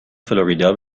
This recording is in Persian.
فلوریدا